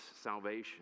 salvation